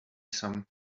some